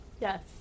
Yes